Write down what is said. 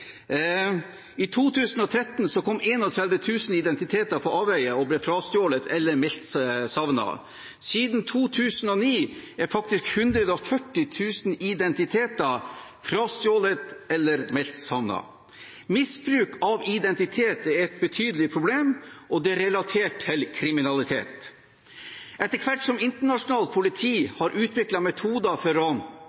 I 2013 kom 31 000 identiteter på avveier og ble frastjålet eller meldt savnet. Siden 2009 er faktisk 140 000 identiteter frastjålet eller meldt savnet. Misbruk av identitet er et betydelig problem, og det er relatert til kriminalitet. Etter hvert som internasjonalt politi har utviklet metoder for